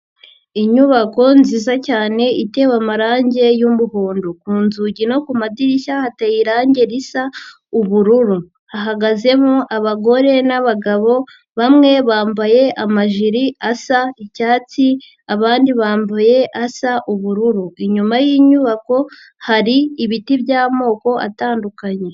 Inyubako nziza cyane itewe amarangi y'umuhondo, ku nzugi no ku madirishya hateye irangi risa ubururu, hagazemo abagore n'abagabo bamwe bambaye amajiri asa icyatsi abandi bambaye asa ubururu, inyuma y'inyubako hari ibiti by'amoko atandukanye.